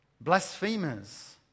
blasphemers